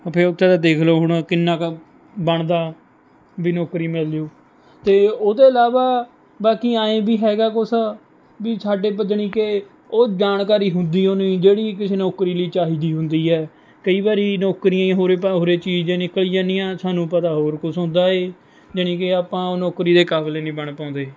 ਫਿਰ ਉੱਥੇ ਤਾਂ ਦੇਖ ਲਉ ਹੁਣ ਕਿੰਨਾ ਕੁ ਬਣਦਾ ਵੀ ਨੌਕਰੀ ਮਿਲ ਜਾਉ ਅਤੇ ਉਹ ਤੇ ਇਲਾਵਾ ਬਾਕੀ ਐਂ ਵੀ ਹੈਗਾ ਕੁਛ ਵੀ ਸਾਡੇ ਜਾਣੀ ਕਿ ਉਹ ਜਾਣਕਾਰੀ ਹੁੰਦੀ ਉਹ ਨਹੀਂ ਜਿਹੜੀ ਕਿਸੇ ਨੌਕਰੀ ਲਈ ਚਾਹੀਦੀ ਹੁੰਦੀ ਹੈ ਕਈ ਵਾਰੀ ਨੌਕਰੀਆਂ ਹੀ ਹੋਰ ਹੀ ਹੋਰ ਹੀ ਚੀਜ਼ ਨਿਕਲੀ ਜਾਂਦੀਆ ਸਾਨੂੰ ਪਤਾ ਹੋਰ ਕੁਛ ਹੁੰਦਾ ਹੈ ਜਾਣੀ ਕਿ ਆਪਾਂ ਉਹ ਨੌਕਰੀ ਦੇ ਕਾਬਲ ਹੀ ਨਹੀਂ ਬਣ ਪਾਉਂਦੇ